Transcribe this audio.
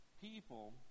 people